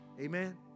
Amen